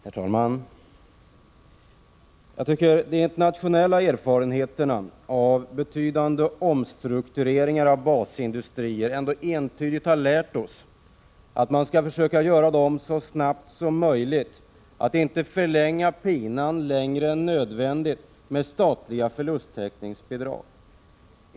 Herr talman! Jag tycker att de internationella erfarenheterna av betydande omstruktureringar av basindustrier ändå entydigt har lärt oss, att man skall försöka göra omstruktureringarna så snabbt som möjligt och inte förlänga pinan längre än nödvändigt med statliga förlusttäckningsbidrag.